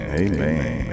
amen